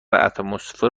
اتمسفر